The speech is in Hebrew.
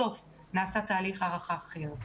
בסוף נעשה תהליך הערכה אחר,